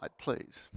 please